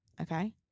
Okay